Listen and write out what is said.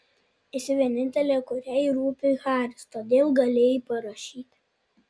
esi vienintelė kuriai rūpi haris todėl galėjai parašyti